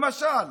למשל,